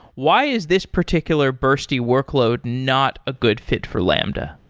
why is this particular bursty workload not a good fit for lambda?